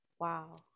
Wow